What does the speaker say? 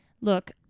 Look